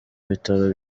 bitaro